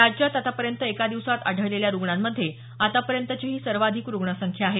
राज्यात आतापर्यंत एका दिवसात आढळलेल्या रुग्णांमध्ये आतापर्यंतची सर्वाधिक रुग्ण संख्या आहे